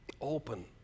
open